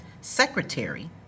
Secretary